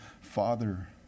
Father